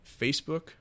facebook